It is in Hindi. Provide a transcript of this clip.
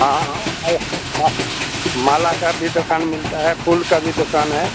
हाँ हाँ माल माला का भी दुकान मिलता है फूल का भी दुकान है